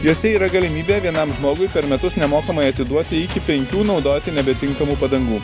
jose yra galimybė vienam žmogui per metus nemokamai atiduoti iki penkių naudoti nebetinkamų padangų